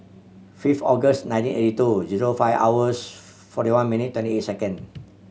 fifth August nineteen eighty two zero five hours forty one minute twenty eight second